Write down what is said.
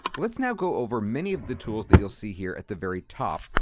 let's now go over many of the tools that you'll see here at the very top,